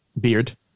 Beard